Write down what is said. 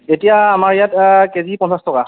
এতিয়া আমাৰ ইয়াত কেজি পঞ্চাছ টকা